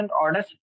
orders